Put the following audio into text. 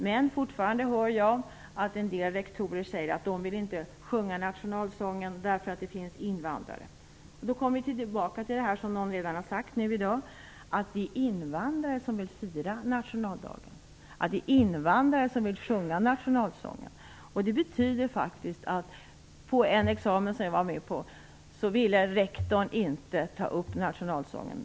Men fortfarande hör jag att en del rektorer säger att de inte vill sjunga nationalsången därför att det finns invandrare på skolan. Då är vi tillbaka till det som någon redan har påpekat i debatten i dag, nämligen att det är invandrare som vill fira nationaldagen, att det är invandrare som vill sjunga nationalsången. Vid en examen som jag deltog i ville rektorn inte ta upp nationalsången.